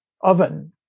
oven